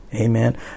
Amen